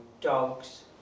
dogs